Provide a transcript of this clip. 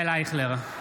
(קורא בשמות